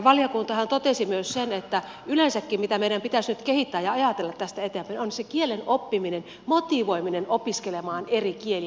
valiokuntahan totesi myös sen että yleensäkin se mitä meidän pitäisi nyt kehittää ja ajatella tästä eteenpäin on kielen oppiminen motivoiminen opiskelemaan eri kieliä